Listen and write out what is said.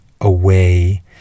away